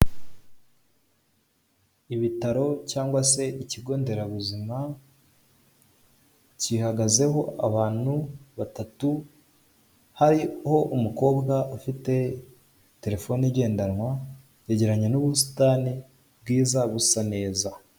Ibitaro cyangwa se ikigo nderabuzima gihagazeho abantu batatu, hariho umukobwa ufite terefone igendanwa, yegeranye n'ubusitani bwiza busa neza.